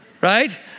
Right